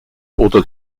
oder